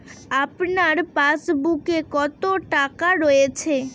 আপনার পাসবুকে কত টাকা রয়েছে?